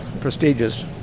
prestigious